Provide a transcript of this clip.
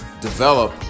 develop